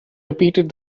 repeated